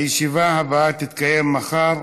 הישיבה הבאה תתקיים מחר,